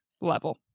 level